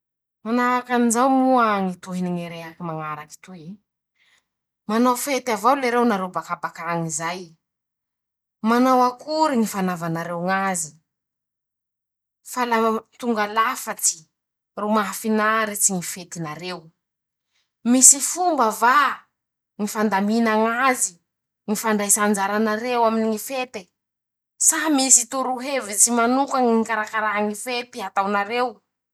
Manahaky anizao moa ñy tohiny ñy rehaky mañaraky toy: -"Manao fety avao lereo nareo bakabakañy zay ?Manao akory ñy fanaovanareo ñ'azy ?Fa la a tonga lafatsy ro maha finaritsy ñy fetinareo. Misy fomba va ñy fandamina ñ'azy ?ñy fanjaisaisa anjara nareo aminy ñy fete? Sa misy torohevitsy manoka ñy ikarakara ñy fety ataonareo?